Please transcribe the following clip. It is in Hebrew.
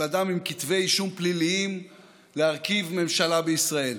אדם עם כתבי אישום פליליים להרכיב ממשלה בישראל.